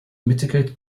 mitigate